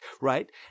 right